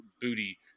booty